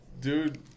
dude